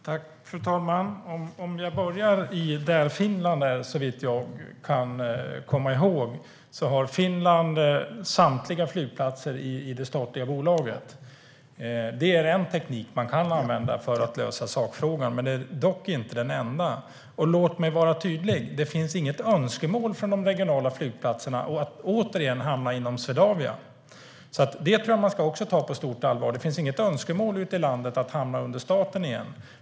Fru talman! Jag ska börja med att säga något om Finland. Såvitt jag kan komma ihåg har Finland samtliga flygplatser i det statliga bolaget. Det är en teknik som man kan använda för att lösa sakfrågan, men det är inte den enda. Låt mig vara tydlig och säga att det inte finns något önskemål från de regionala flygplatserna att återigen hamna inom Swedavia. Det tror jag alltså att man ska ta på stort allvar - det finns inget önskemål ute i landet om att hamna under staten igen.